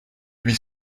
huit